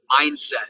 mindset